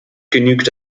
genügt